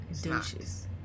Douches